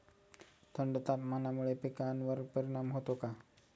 थंड तापमानामुळे पिकांवर परिणाम होतो का?